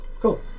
Cool